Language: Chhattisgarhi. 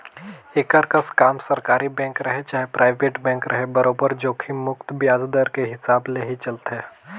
एकर कस काम सरकारी बेंक रहें चाहे परइबेट बेंक रहे बरोबर जोखिम मुक्त बियाज दर के हिसाब से ही चलथे